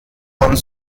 und